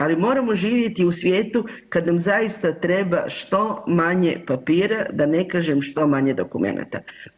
Ali moramo živjeti u svijetu kad nam zaista treba što manje papira, da ne kažem što manje dokumenata.